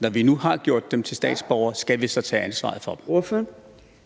næstformand (Trine Torp): Tak. Ordføreren. Kl. 14:53 Mette Thiesen (NB):